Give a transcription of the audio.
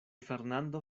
fernando